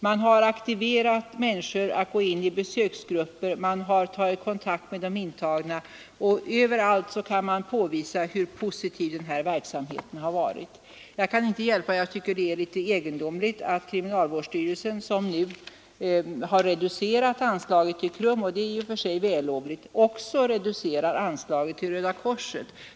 Man har aktiverat människor att gå in i besöksgrupper, man har tagit kontakt med de intagna, och överallt kan det påvisas hur positiv den här verksamheten har varit. Jag kan inte hjälpa att jag finner det litet egendomligt att kriminalvårdsstyrelsen som nu har reducerat anslaget till KRUM — det är i och för sig vällovligt — också reducerat anslaget till Röda korset.